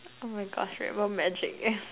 oh my gosh rainbow magic